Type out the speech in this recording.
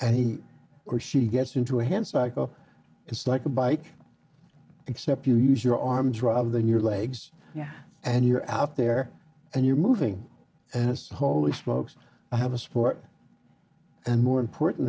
and he or she gets into a hand cycle it's like a bike except you use your arms rather than your legs yeah and you're out there and you're moving and it's holy smokes i have a sport and more